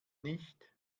nicht